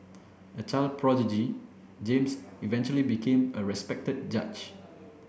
a child prodigy James eventually became a respected judge